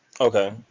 Okay